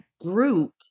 group